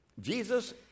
Jesus